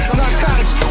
narcotics